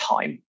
time